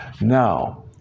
Now